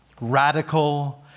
radical